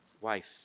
wife